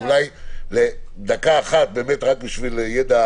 אז אולי דקה אחת, רק בשביל הידע